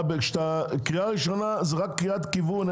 קריאה ראשונה היא רק קריאת כיוון.